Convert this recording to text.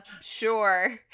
sure